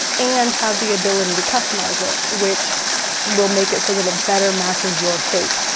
and have the ability to customize it, which will make it so that it better matches your shape.